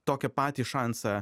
tokį patį šansą